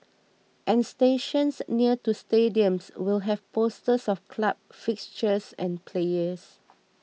and stations near to stadiums will have posters of club fixtures and players